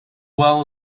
well